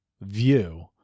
view